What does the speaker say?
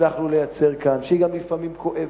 שהצלחנו לייצר כאן, שהיא גם לפעמים כואבת,